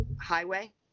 highway